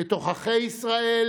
בתוככי ישראל